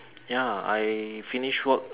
ya I finish work uh